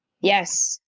Yes